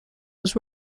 was